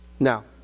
Now